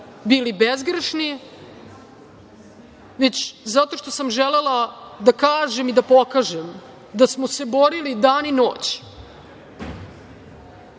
bili bezgrešni, već zato što sam želela da kažem i da pokažem da smo se borili dan i noć,